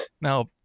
Now